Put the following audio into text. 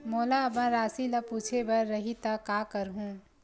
मोला अपन राशि ल पूछे बर रही त का करहूं?